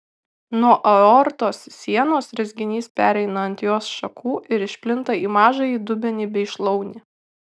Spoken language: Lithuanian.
nuo aortos sienos rezginys pereina ant jos šakų ir išplinta į mažąjį dubenį bei šlaunį